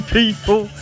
people